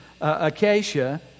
Acacia